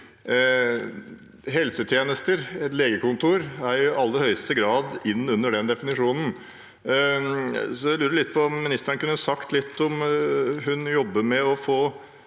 Helsetjenester, et legekontor, hører i aller høyeste grad inn under den definisjonen. Jeg lurer på om ministeren kunne sagt litt om hun jobber med å få